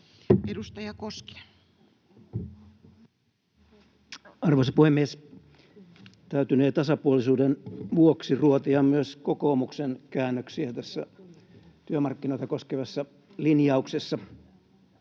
Edustaja Koskinen. Arvoisa puhemies! Täytynee tasapuolisuuden vuoksi ruotia myös kokoomuksen käännöksiä tässä työmarkkinoita koskevassa linjauksessa.